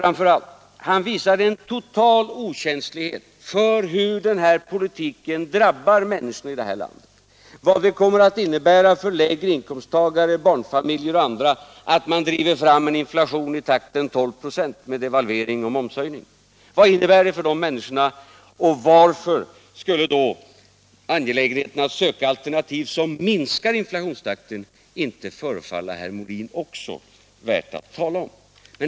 Vad värre är: han visar en total okänslighet för hur regeringens politik drabbar människorna i det här landet, för vad det kommer att innebära för lägre inkomsttagare, barnfamiljer och andra att man driver fram en inflation i takten 12 26 med devalvering och momshöjning. Angelägenheten av att söka alternativ som minskar inflationstakten tycks inte herr Molin anse vara värt att tala om.